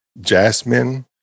Jasmine